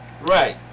Right